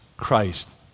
christ